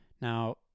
Now